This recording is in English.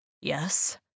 Yes